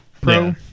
Pro